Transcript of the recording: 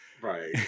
Right